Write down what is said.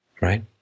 Right